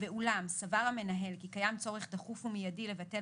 ואולם סבר המנהל כי קיים צורך דחוף ומיידי לבטל